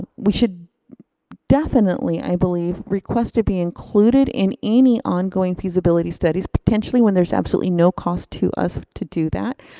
we should definitely, i believe, request to be included in any ongoing feasibility studies, potentially when there's absolutely no cost to us to do that.